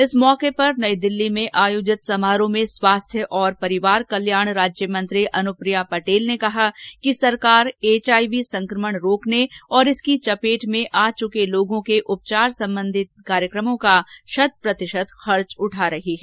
इस मौके पर नई दिल्ली में आयोजित समारोह में स्वास्थ्य और परिवार कल्याण राज्य मंत्री अनुप्रिया पटेल ने कहा कि सरकार एचआईवी संकमण रोकने और इसकी चपेट में आ चुके लोगों के उपचार संबंधित कार्यक्रमों का शत प्रतिशत खर्च उठा रही है